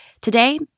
Today